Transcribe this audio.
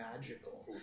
magical